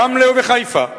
ברמלה ובחיפה: